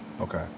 Okay